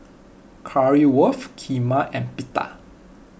Currywurst Kheema and Pita